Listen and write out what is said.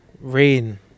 rain